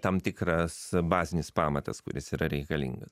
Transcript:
tam tikras bazinis pamatas kuris yra reikalingas